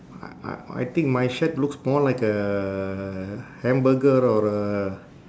I I I think my shed looks more like a hamburger or a